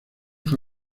fue